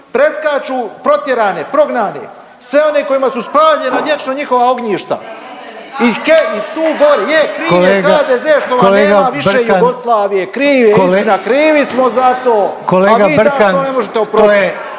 Preskaču protjerane, prognane, sve one kojima su spaljena vječno njihova ognjišta. I … je kriv je HDZ što vam nema više Jugoslavije …/Upadica Reiner: Kolega Brkan./… kriv je istina